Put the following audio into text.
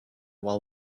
while